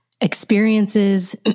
experiences